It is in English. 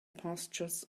pastures